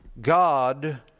God